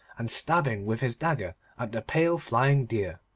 and stabbing with his dagger at the pale flying deer.